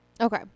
Okay